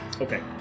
Okay